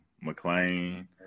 McLean